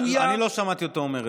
אני לא שמעתי אותו אומר את זה.